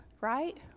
right